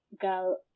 girl